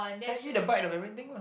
then eat a bite of everything lah